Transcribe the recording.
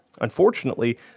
Unfortunately